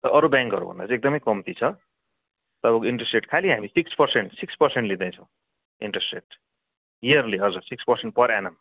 अरू ब्याङ्कहरू भन्दा चाहिँ एकदमै कम्ती छ तपाईँको इन्ट्रेस्ट रेट खाली हामी सिक्स पर्सेन्ट सिक्स पर्सेन्ट लिँदैछौँ इन्ट्रेस रेट यिअरली हजुर सिक्स पर्सेन्ट पर एनम